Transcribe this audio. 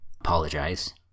apologize